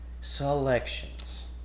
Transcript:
Selections